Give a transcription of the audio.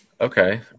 Okay